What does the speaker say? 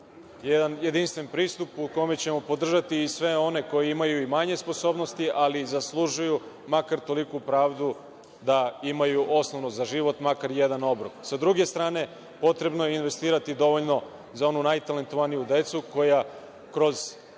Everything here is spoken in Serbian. jedan jedinstven pristup u kome ćemo podržati i sve one koji imaju i manje sposobnosti, ali i zaslužuju makar toliku pravdu da imaju osnovno za život, makar jedan obrok.S druge strane, potrebno je investirati dovoljno za onu najtalentovaniju decu, koja kroz